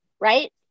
right